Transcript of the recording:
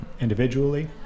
individually